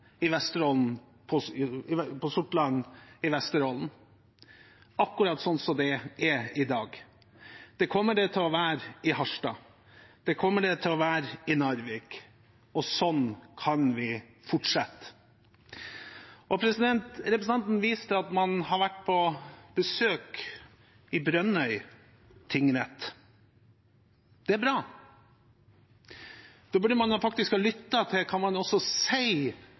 på Sortland i Vesterålen, akkurat som det er i dag. Det kommer det til å være i Harstad, det kommer det til å være i Narvik, og sånn kan vi fortsette. Representanten viste til at man har vært på besøk i Brønnøy tingrett. Det er bra. Da burde man faktisk ha lyttet til hva man